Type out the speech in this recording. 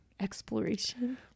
exploration